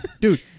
Dude